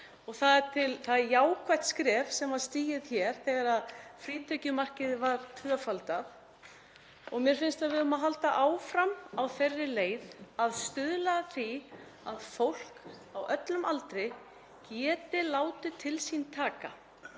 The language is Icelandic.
finnst mér það jákvætt skref sem var stigið hér þegar frítekjumarkið var tvöfaldað. Mér finnst að við eigum að halda áfram á þeirri leið að stuðla að því að fólk á öllum aldri geti látið til sín taka.